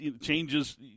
Changes